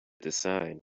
decide